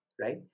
right